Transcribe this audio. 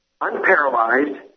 unparalyzed